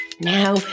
now